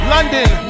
London